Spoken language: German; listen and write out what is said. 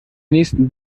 nächsten